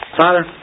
Father